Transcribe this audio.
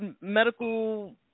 medical